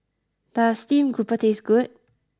does Steamed Grouper taste good